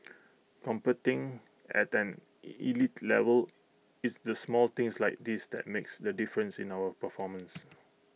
competing at an elite level it's the small things like this that makes the difference in our performance